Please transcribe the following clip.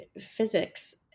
physics